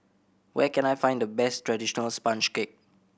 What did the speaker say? where can I find the best traditional sponge cake